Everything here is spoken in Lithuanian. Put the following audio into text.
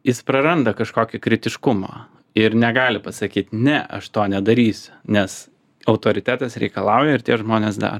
jis praranda kažkokį kritiškumą ir negali pasakyti ne aš to nedarys nes autoritetas reikalauja ir tie žmonės daro